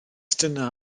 dyna